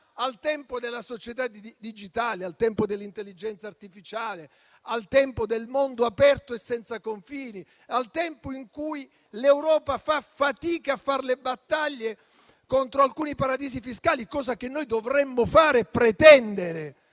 al tempo della società digitale, al tempo dell'intelligenza artificiale, al tempo del mondo aperto e senza confini, al tempo in cui l'Europa fa fatica a far le battaglie contro alcuni paradisi fiscali (cosa che noi dovremmo fare e pretendere).